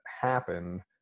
happen